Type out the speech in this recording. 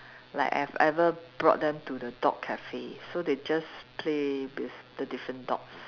like I've ever brought them to the dog cafe so they just play with the different dogs